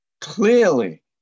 clearly